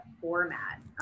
format